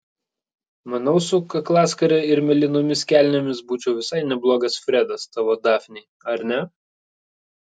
manau su kaklaskare ir mėlynomis kelnėmis būčiau visai neblogas fredas tavo dafnei ar ne